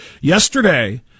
Yesterday